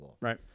Right